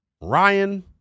Ryan